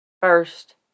first